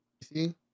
See